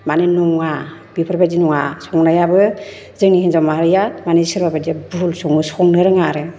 बेफोरबायदि नङा संनायाबो जोंनि हिन्जाव माहारिया मानि सोरबा बायदिया बुहुल सङो संनो रोङा आरो